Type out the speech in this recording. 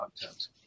content